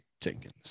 Jenkins